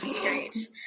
great